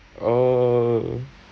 oh